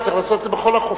צריך לעשות את זה בכל החופים.